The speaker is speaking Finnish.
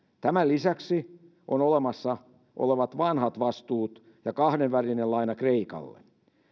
tämän lisäksi on olemassa olevat vanhat vastuut ja kahdenvälinen laina kreikalle